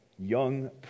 young